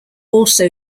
also